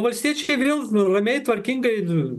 valstiečiai griaus nu ramiai tvarkingai nu